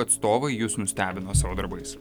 atstovai jus nustebino savo darbais